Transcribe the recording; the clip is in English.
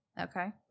Okay